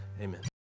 Amen